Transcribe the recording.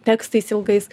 tekstais ilgais